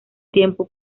tiempo